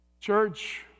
Church